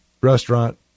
restaurant